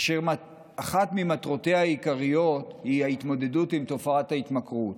ואחת ממטרותיה העיקריות היא ההתמודדות עם תופעת ההתמכרות.